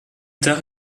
tard